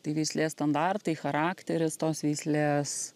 tai veislės standartai charakteris tos veislės